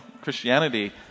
Christianity